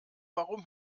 warum